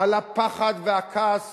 על הפחד והכעס